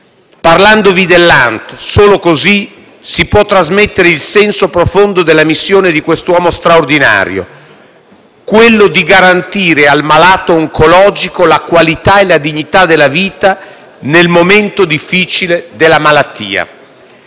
Parlandovi dell'ANT, solo così si può trasmettere il senso profondo della missione di quest'uomo straordinario, quello di garantire al malato oncologico la qualità e la dignità della vita nel momento difficile della malattia.